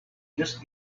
just